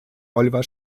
oliver